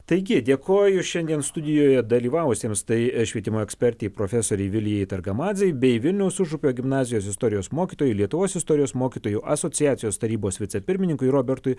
taigi dėkoju šiandien studijoje dalyvavusiems tai švietimo ekspertė profesorei vilijai targamadzei bei vilniaus užupio gimnazijos istorijos mokytojui lietuvos istorijos mokytojui asociacijos tarybos vicepirmininkui robertui